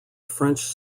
french